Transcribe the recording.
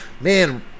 man